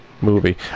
movie